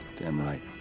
damn right.